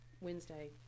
Wednesday